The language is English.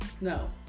no